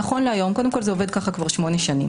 קודם כל, זה עובד כך כבר 8 שנים.